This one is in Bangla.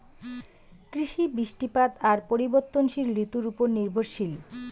কৃষি, বৃষ্টিপাত আর পরিবর্তনশীল ঋতুর উপর নির্ভরশীল